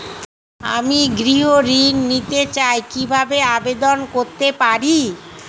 আমি গৃহ ঋণ নিতে চাই কিভাবে আবেদন করতে পারি?